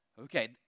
Okay